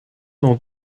dans